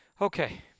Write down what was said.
Okay